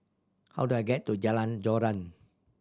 how do I get to Jalan Joran